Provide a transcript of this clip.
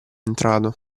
entrato